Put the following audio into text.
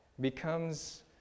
becomes